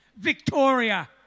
Victoria